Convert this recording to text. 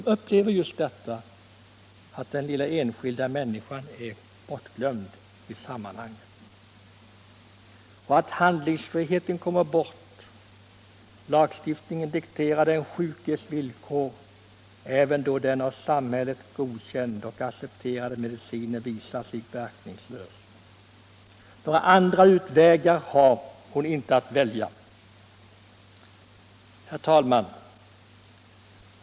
Vi upplever just detta, att den lilla människan är bortglömd i sammanhanget. Handlingsfriheten kommer bort — lagstiftningen dikterar den sjukes villkor även då den av samhället godkända och accepterade medicinen visar sig verkningslös. Några andra utvägar har hon inte att välja. Herr talman!